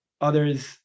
others